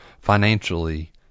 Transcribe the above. financially